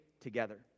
together